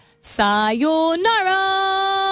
sayonara